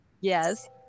Yes